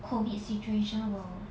COVID situation will